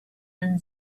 and